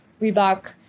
Reebok